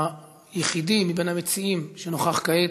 היחיד מן המציעים שנוכח כעת,